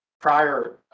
prior